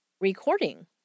recording